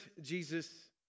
Jesus